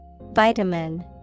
Vitamin